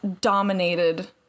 dominated